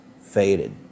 faded